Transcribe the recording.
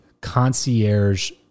concierge